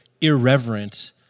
irreverent